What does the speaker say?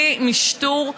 כלי משטור,